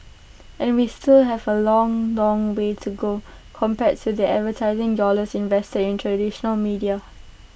and we still have A long long way to go compared to the advertising dollars invested in traditional media